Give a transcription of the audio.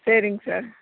சேரிங்க சார்